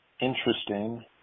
Interesting